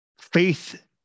faith